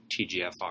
TGFR